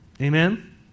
Amen